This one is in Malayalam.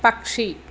പക്ഷി